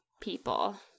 people